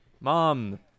Mom